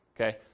okay